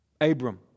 Abram